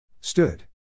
Stood